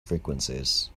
frequencies